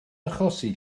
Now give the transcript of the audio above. achosi